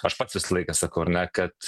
aš pats visą laiką sakau ar ne kad